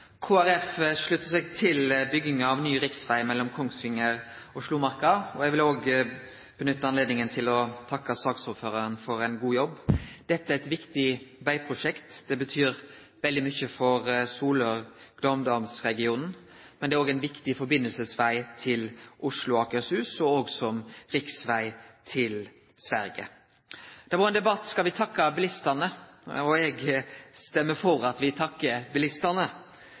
seg til bygging av ny riksveg mellom Kongsvinger og Slomarka. Eg vil òg nytte høvet til å takke saksordføraren for ein god jobb. Dette er eit viktig vegprosjekt. Det betyr veldig mykje for Solør/Glåmdalsregionen, men det er òg ein viktig sambandsveg til Oslo og Akershus og òg som riksveg til Sverige. Det har vore ein debatt om me skal takke bilistane. Eg stemmer for at me takkar bilistane,